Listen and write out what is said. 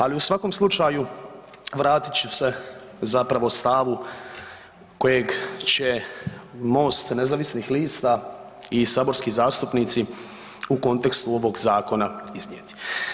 Ali u svakom slučaju vratit ću se zapravo stavu kojeg će MOST nezavisnih lista i saborski zastupnici u kontekstu ovog zakona iznijeti.